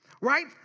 Right